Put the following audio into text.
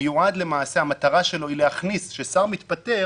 המטרה שלו כששר מתפטר,